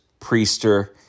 Priester